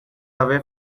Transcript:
away